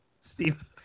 Steve